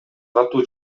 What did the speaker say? катуу